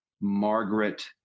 margaret